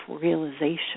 realization